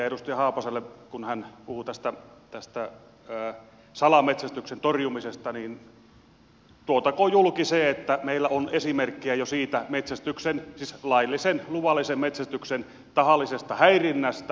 edustaja haapaselle kun hän puhui salametsästyksen torjumisesta tuotakoon julki se että meillä on jo esimerkkejä metsästyksen siis laillisen luvallisen metsästyksen tahallisesta häirinnästä